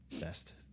best